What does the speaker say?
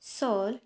ಸೋಲ್